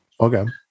Okay